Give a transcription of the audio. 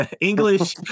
English